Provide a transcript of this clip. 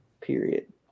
period